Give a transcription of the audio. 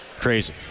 Crazy